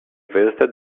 visited